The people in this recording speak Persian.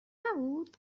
نبود